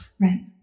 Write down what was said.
Right